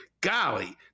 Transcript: golly